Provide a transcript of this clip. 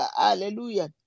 Hallelujah